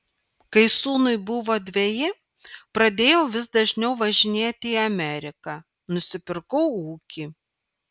kai sūnui buvo dveji pradėjau vis dažniau važinėti į ameriką nusipirkau ūkį